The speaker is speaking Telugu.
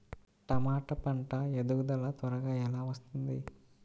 టమాట పంట ఎదుగుదల త్వరగా ఎలా వస్తుంది?